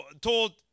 told